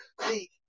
See